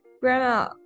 Grandma